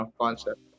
concept